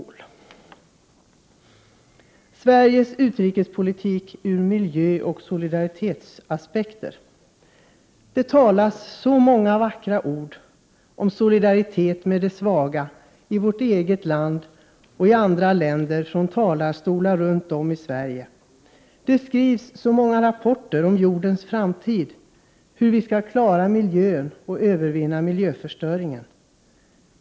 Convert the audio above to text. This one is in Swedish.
Jag vill först säga några ord om Sveriges utrikespolitik ur miljöoch solidaritetsaspekter. Det sägs så många vackra ord om solidaritet med de svaga i vårt eget land och i andra länder från talarstolar runt om i Sverige. Det skrivs så många rapporter om jordens framtid, om hur vi skall klara miljön och övervinna miljöförstöringen.